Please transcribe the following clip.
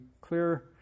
clear